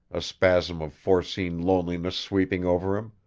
a spasm of foreseen loneliness sweeping over him.